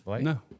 No